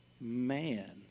man